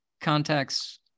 contacts